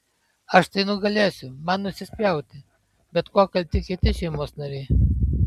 aš tai nugalėsiu man nusispjauti bet kuo kalti kiti šeimos nariai